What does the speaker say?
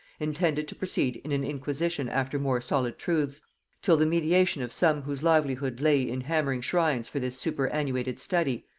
intended to proceed in an inquisition after more solid truths till the mediation of some whose livelihood lay in hammering shrines for this superannuated study,